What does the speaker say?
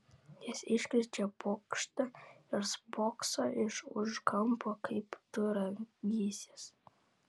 jis iškrečia pokštą ir spokso iš už kampo kaip tu rangysies